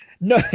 No